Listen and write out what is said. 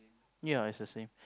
ya it's the same